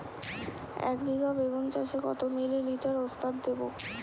একবিঘা বেগুন চাষে কত মিলি লিটার ওস্তাদ দেবো?